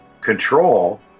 control